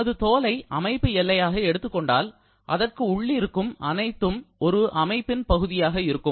நமது தோலை அமைப்பு எல்லையாக எடுத்துக்கொண்டால் அதற்கு உள்ளிருக்கும் அனைத்தும் ஒரு அமைப்பின் பகுதியாக இருக்கும்